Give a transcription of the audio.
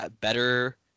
better